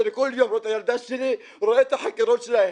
שאני כל יום רואה את הילדה שלי - רואה את החקירות שלהם,